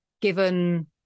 given